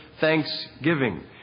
thanksgiving